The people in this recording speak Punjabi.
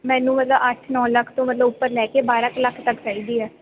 ਮੈਨੂੰ ਮਤਲਬ ਅੱਠ ਨੌ ਲੱਖ ਤੋਂ ਮਤਲਬ ਉੱਪਰ ਲੈ ਕੇ ਬਾਰਾਂ ਕੁ ਲੱਖ ਤੱਕ ਚਾਹੀਦੀ ਹੈ